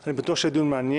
אני בטוח שיהיה דיון מעניין,